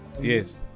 Yes